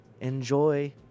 enjoy